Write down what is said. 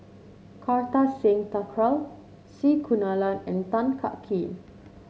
Kartar Singh Thakral C Kunalan and Tan Kah Kee